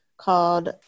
called